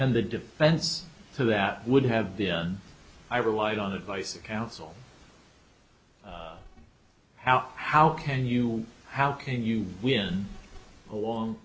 and the defense to that would have been i relied on advice of counsel how how can you how can you win along